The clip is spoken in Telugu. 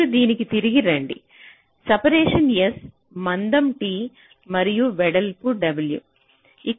మీరు దీనికి తిరిగి రండి సెపరేషన్ s మందం t మరియు వెడల్పు w